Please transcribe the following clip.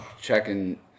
checking